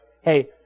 Hey